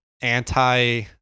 anti